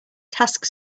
task